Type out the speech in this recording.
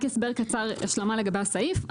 רק הסבר קצר, השלמה לגבי הסעיף.